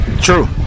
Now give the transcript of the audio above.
True